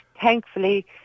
Thankfully